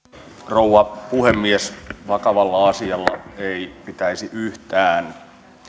rouva puhemies vakavaan asiaan ei pitäisi yhtään